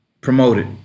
promoted